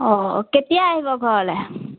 অঁ কেতিয়া আহিব ঘৰলৈ